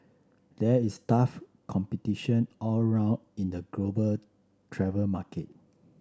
there is tough competition all round in the global travel market